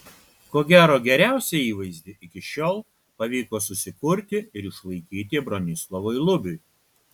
ko gero geriausią įvaizdį iki šiol pavyko susikurti ir išlaikyti bronislovui lubiui